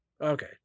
Okay